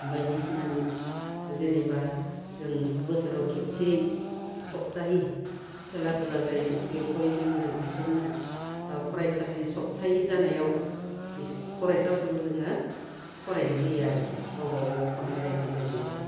बायदिसिना जेनोबा जों बोसोराव खेबसे हबथाहि खेला दुला जायो बेखौहाय जोङो बिसोरनो ओ फरायसालिनो सबथाहि जानायाव फरायसाफोरखौ जोङो फरायनो होयो आरोखि गावबागाव खन्थाइ रायथाइ लिरनायखो